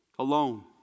Alone